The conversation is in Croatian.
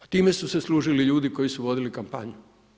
Time su se služili ljudi koji su vodili kampanju.